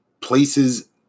Places